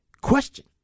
question